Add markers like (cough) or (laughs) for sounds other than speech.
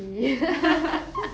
(laughs)